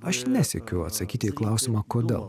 aš nesiekiu atsakyti į klausimą kodėl